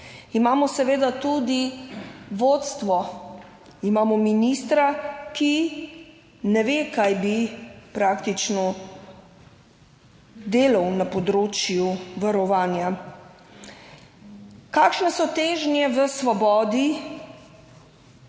Imamo seveda tudi vodstvo, imamo ministra, ki ne ve kaj bi praktično delal na področju varovanja. Kakšne so težnje v Svobodi,